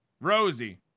Rosie